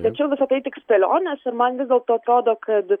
tačiau visa tai tik spėlionės ir man vis dėlto atrodo kad